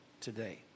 today